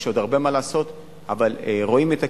אבל רואים את הכיוון,